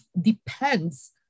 depends